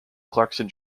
clarkson